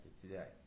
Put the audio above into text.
today